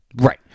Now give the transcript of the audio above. Right